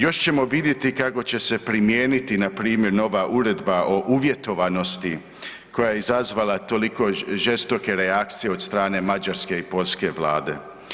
Još ćemo vidjeti kako će se primijeniti na primjer nova Uredba o uvjetovanosti koja je izazvala toliko žestoke reakcije od strane mađarske i poljske Vlade.